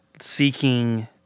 seeking